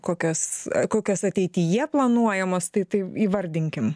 kokias kokios ateityje planuojamos tai tai įvardinkim